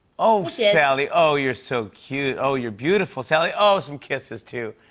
oh, sally. oh, you're so cute. oh, you're beautiful, sally. oh, some kisses, too.